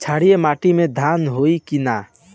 क्षारिय माटी में धान होई की न?